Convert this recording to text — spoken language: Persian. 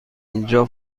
اینجا